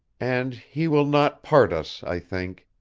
and he will not part us, i think.